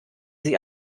sie